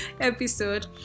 episode